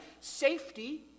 safety